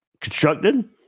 constructed